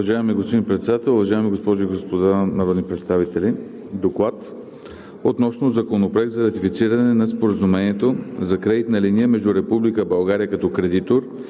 Уважаеми господин Председател, уважаеми госпожи и господа народни представители! „ДОКЛАД относно Законопроект за ратифициране на Споразумението за кредитна линия между Република